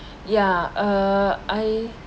ya err I